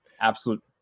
Absolute